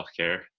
healthcare